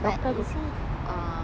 but is it um